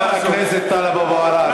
חבר הכנסת טלב אבו עראר,